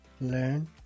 learn